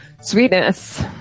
Sweetness